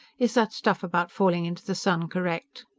is that stuff about falling into the sun correct?